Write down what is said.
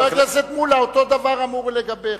חבר הכנסת מולה, אותו דבר אמור לגביך.